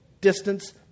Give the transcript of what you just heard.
distance